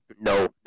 No